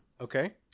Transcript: Okay